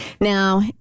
Now